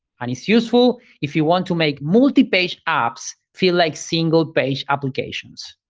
and it's useful if you want to make multi-page apps feel like single-page applications.